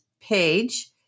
page